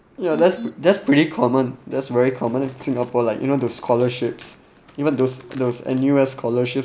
ya that's that's pretty common that's very common in singapore like you know the scholarships even those those N_U_S scholarship